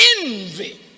envy